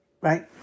right